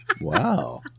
Wow